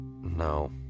no